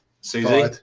Susie